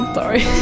sorry